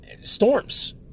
storms